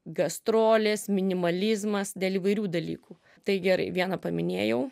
gastrolės minimalizmas dėl įvairių dalykų tai gerai vieną paminėjau